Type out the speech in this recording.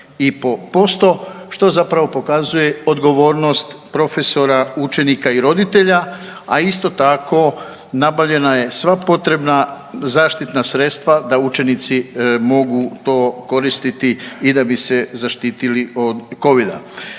preko 1,5% što zapravo pokazuje odgovornost profesora, učenika i roditelja, a isto tako nabavljena je sva potrebna zaštitna sredstva da učenici mogu to koristiti i da bi se zaštitili od Covid-a.